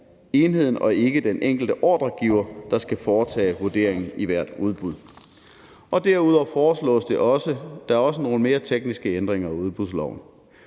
enheden og ikke den enkelte ordregiver, der skal foretage vurderingen i hvert udbud. Derudover foreslås der også nogle mere tekniske ændringer af udbudsloven.